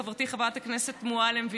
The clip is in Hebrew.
חברת הכנסת מועלם.